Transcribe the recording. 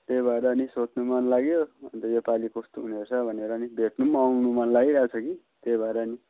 त्यही भएर नि सोध्नु मनलाग्यो अन्त यो पाली कस्तो हुने रहेछ भनेर नि भेट्नु पनिआउनु मन लागिरहेको छ कि त्यही भएर नि